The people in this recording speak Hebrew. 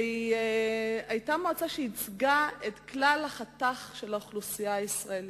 והיא היתה מועצה שייצגה את כלל החתך של האוכלוסייה הישראלית,